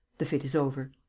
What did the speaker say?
the fit is over.